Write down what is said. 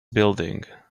building